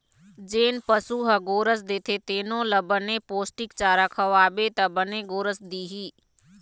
जेन पशु ह गोरस देथे तेनो ल बने पोस्टिक चारा खवाबे त बने गोरस दिही